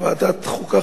ועדת חוקה,